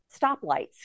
stoplights